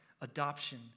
adoption